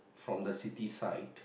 from the city side